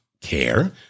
care